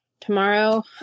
tomorrow